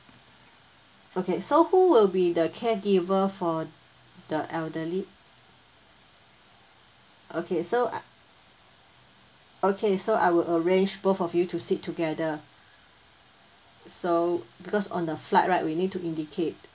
okay so who will be the caregiver for the elderly okay so I okay so I will arrange both of you to sit together so because on the flight right we need to indicate